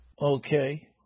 Okay